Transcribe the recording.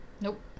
Nope